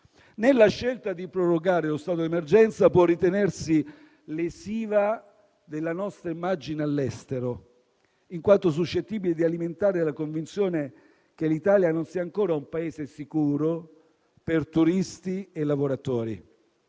Né la scelta di prorogare lo stato di emergenza può ritenersi lesiva della nostra immagine all'estero, in quanto suscettibile di alimentare la convinzione che l'Italia non sia ancora un Paese sicuro per turisti e lavoratori.